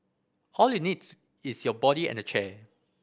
all you needs is your body and a chair